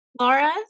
Laura